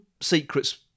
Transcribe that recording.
secrets